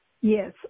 Yes